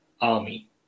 army